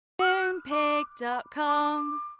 Moonpig.com